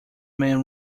man